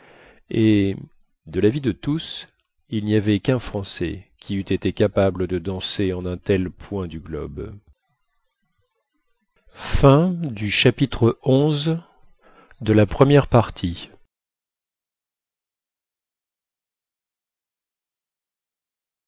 et de l'avis de tous il n'y avait qu'un français qui eût été capable de danser en un tel point du globe